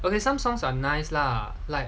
okay some songs are nice lah like